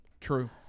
True